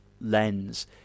lens